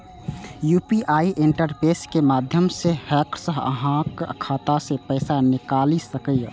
UPI interface के माध्यम सं हैकर्स अहांक खाता सं पैसा निकालि सकैए